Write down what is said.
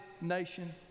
nation